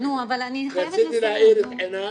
רציתי להאיר את עיניו,